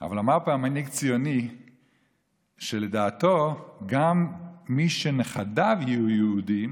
אבל אמר פעם מנהיג ציוני שלדעתו גם מי שנכדיו יהיו יהודים